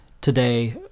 today